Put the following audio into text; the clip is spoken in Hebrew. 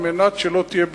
על מנת שלא תהיה בנייה,